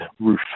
roof